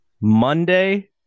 Monday